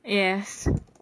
yes